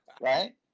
Right